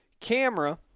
camera